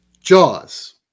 Jaws